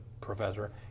professor